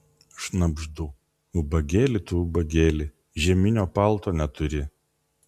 šnabždu ubagėli tu ubagėli žieminio palto neturi